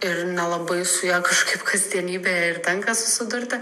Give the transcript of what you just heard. ir nelabai su ja kažkaip kasdienybėje ir tenka susidurti